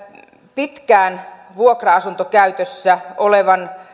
pitkään vuokra asuntokäytössä olevan